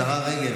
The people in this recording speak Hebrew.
השרה רגב,